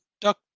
duck